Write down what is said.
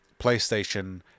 PlayStation